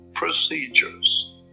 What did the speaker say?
procedures